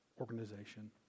organization